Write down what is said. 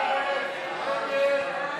ההסתייגויות